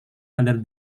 under